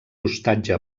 hostatja